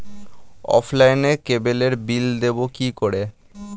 অফলাইনে ক্যাবলের বিল দেবো কি করে?